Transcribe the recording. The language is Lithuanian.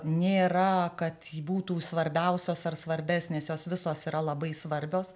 nėra kad būtų svarbiausios ar svarbesnės jos visos yra labai svarbios